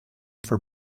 for